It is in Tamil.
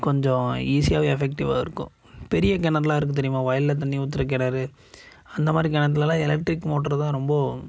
கொஞ்சம் ஈஸியாகவும் எஃபெக்டிவாக இருக்கும் பெரிய கிணறுலாம் இருக்கு தெரியுமா வயலில் தண்ணி ஊத்துகிற கிணறு அந்தமாதிரி கிணத்துலலாம் எலக்ட்ரிக் மோட்டரு தான் ரொம்ப